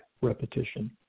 repetition